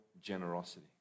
generosity